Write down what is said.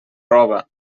roba